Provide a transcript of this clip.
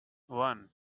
one